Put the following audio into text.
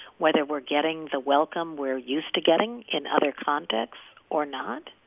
whether we're getting the welcome we're used to getting in other contexts or not,